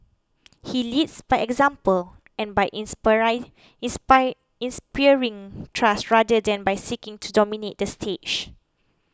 he leads by example and by inspiring trust rather than by seeking to dominate the stage